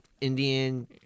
Indian